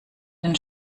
den